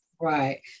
Right